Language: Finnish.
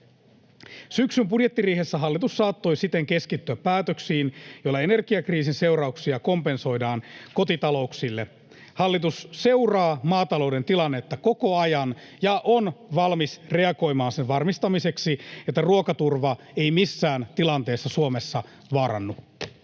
Syksyn budjettiriihessä hallitus saattoi siten keskittyä päätöksiin, joilla energiakriisin seurauksia kompensoidaan kotitalouksille. Hallitus seuraa maatalouden tilannetta koko ajan ja on valmis reagoimaan sen varmistamiseksi, että ruokaturva ei missään tilanteessa Suomessa vaarannu.